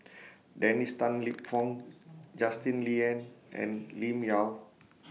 Dennis Tan Lip Fong Justin Lean and Lim Yau